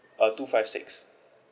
uh two five six